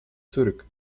zurück